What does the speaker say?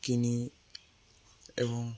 কিনি এবং